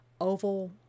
oval